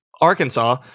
Arkansas